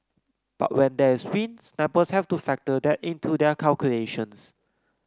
but when there is wind snipers have to factor that into their calculations